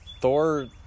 Thor